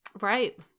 Right